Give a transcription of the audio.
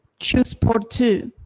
choose port two.